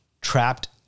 trapped